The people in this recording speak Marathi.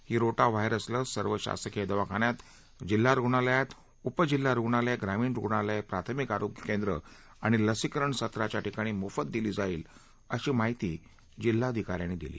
ही रोटा व्हायरस लस सर्व शासकीय दवाखान्यात जिल्हा रुग्णालयात उपजिल्हा रुग्णालय ग्रामीण रुग्णालय प्राथमिक आरोग्य केंद्र आणि लसीकरण सत्राच्या ठिकाणी मोफत दिली जाईल अशी माहिती जिल्हाधिकाऱ्यांनी दिली